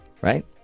Right